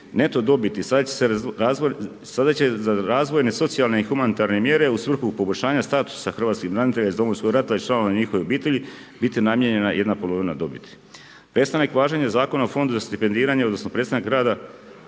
neto dobiti sada će za razvojne, socijalne i humanitarne mjere u svrhu poboljšanja hrvatskih branitelja iz Domovinskog rata i članova njihovih obitelji biti namijenjena jedna polovina dobiti. Prestanak važenja Zakona o Fondu za stipendiranje odnosno prestanak rada